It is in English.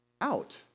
out